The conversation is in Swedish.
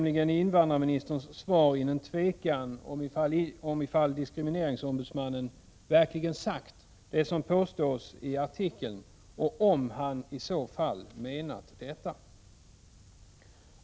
I invandrarministerns svar tolkar jag nämligen in ett tvivel om huruvida diskrimineringsombudsmannen verkligen sagt det som påstås i artikeln, och om han i så fall menat det.